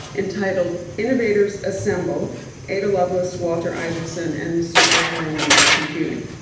entitled innovators assemble ada lovelace, walter isaacson and the superheroines of computing'.